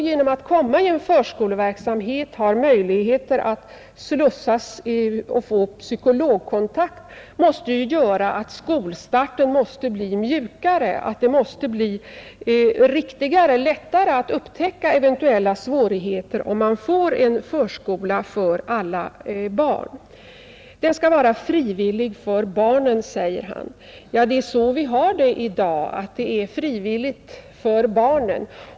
Genom att delta i en förskoleverksamhet har barnen möjlighet att få psykologkontakt. En förskola för alla barn måste medföra att skolstarten blir mjukare och att det blir lättare att upptäcka eventuella svårigheter. Förskolan skall vara frivillig för barnen, säger herr Johansson i Skärstad. Ja, det är så i dag att den är frivillig för barnen.